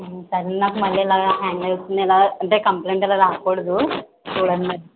పగిలినాక మళ్ళీ ఇలా హ్యాంగ్ అవుతుంది ఇలా అంటే కంప్లైంట్ ఇలా రాకూడదు చూడండి మరి